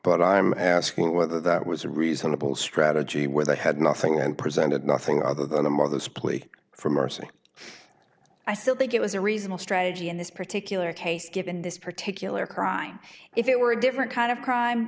but i'm asking whether that was a reasonable strategy where they had nothing and presented nothing other than a mother's plea for mercy i still think it was a reasonable strategy in this particular case given this particular crime if it were a different kind of crime